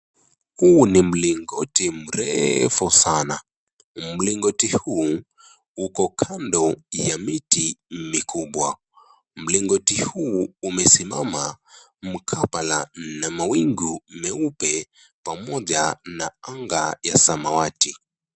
Huu ni mlingoti mrefu sana. Mlingoti huu uko kando ya miti mikubwa. Mlingoti huu umesimama mkabala na mawingu meupe pamoja na anga ya samawati.